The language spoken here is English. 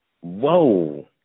Whoa